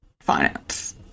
finance